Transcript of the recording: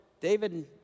David